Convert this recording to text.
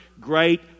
great